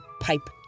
pipe